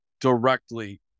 directly